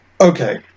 Okay